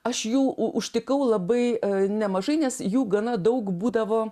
aš jų u užtikau labai nemažai nes jų gana daug būdavo